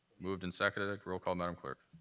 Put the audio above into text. moved. and seconded. roll call, madam clerk.